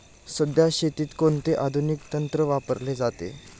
सध्या शेतीत कोणते आधुनिक तंत्र वापरले जाते?